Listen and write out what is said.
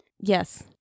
yes